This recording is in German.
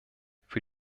für